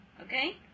Okay